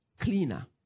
cleaner